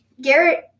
Garrett